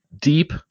deep